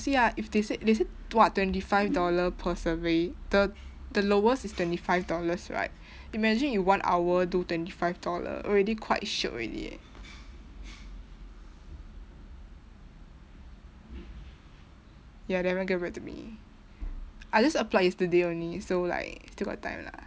see ah if they say they say what twenty five dollar per survey the the lowest is twenty five dollars right imagine you one hour do twenty five dollar already quite shiok already eh ya they haven't get back to me I just applied yesterday only so like still got time lah